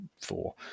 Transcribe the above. four